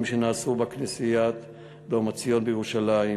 שנעשו בכנסיית "דורמיציון" בירושלים,